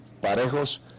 parejos